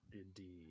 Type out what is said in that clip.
Indeed